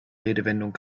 redewendung